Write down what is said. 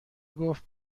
گفت